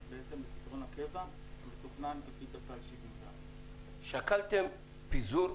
פתרון הקבע שמתוכנן לפי תת"ל 74. שקלתם פיזור,